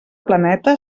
planeta